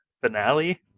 finale